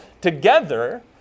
together